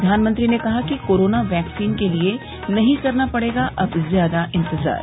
प्रधानमंत्री ने कहा कि कोरोना वैक्सीन के लिए नहीं करना पड़ेगा अब ज्यादा इंतजार